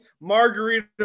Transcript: margarita